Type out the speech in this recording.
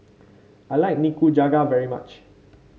I like Nikujaga very much